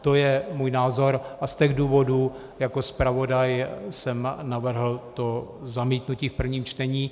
To je můj názor a z těch důvodů jako zpravodaj jsem navrhl zamítnutí v prvním čtení.